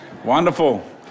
Wonderful